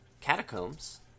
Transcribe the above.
Catacombs